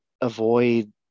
avoid